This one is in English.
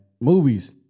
Movies